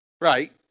Right